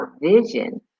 vision